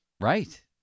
Right